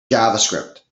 javascript